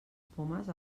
pomes